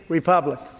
Republic